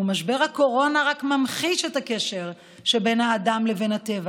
ומשבר הקורונה ממחיש את הקשר שבין האדם לבין הטבע